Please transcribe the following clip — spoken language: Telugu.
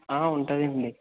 ఉంటాయండి